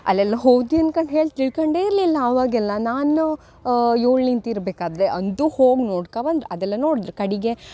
ಅಲ್ಲೆಲ್ಲ ಹೋದಿ ಅನ್ಕಂಡು ಹೇಳಿ ತಿಳ್ಕೊಂಡೇ ಇರಲಿಲ್ಲ ಅವಾಗೆಲ್ಲ ನಾನು ಏಳನಿಂತಿರ್ಬೇಕಾದ್ರೆ ಅಂದು ಹೋಗಿ ನೋಡ್ಕೋ ಬಂದ್ರು ಅದೆಲ್ಲ ನೋಡ್ದ್ರೆ ಕಡೆಗೆ